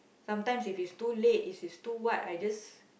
sometimes if it's too late if it's too what I just